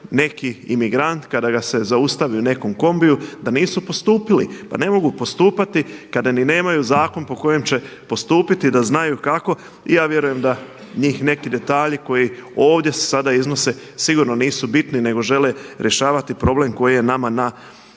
neki imigrant, kada ga se zaustavi u nekom kombiju da nisu postupili. Pa ne mogu postupati kada ni nemaju zakon po kojem će postupiti da znaju kako i ja vjerujem da njih neki detalji koji ovdje se sada iznose sigurno nisu bitni nego žele rješavati problem koji je nama na